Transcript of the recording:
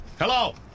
Hello